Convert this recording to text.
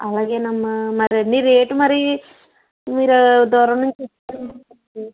అలాగేనమ్మా మరన్నీ రేటు మరి మీరు దూరం నుంచి వచ్చారు